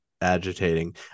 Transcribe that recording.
agitating